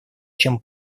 чем